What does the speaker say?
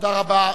תודה רבה.